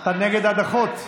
אתה נגד הדחות?